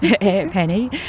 Penny